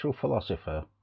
philosopher